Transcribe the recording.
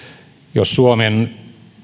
jos suomen